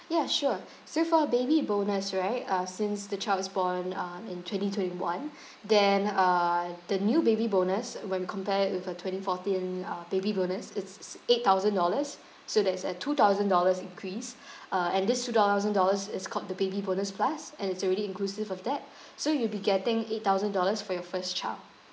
ya sure so for our baby bonus right uh since the child is born um in twenty twenty one then uh the new baby bonus when we compare with uh twenty fourteen uh baby bonus it's eight thousand dollars so that's a two thousand dollars increase uh and this two thousand dollars is called the baby bonus plus and it's already inclusive of that so you'll be getting eight thousand dollars for your first child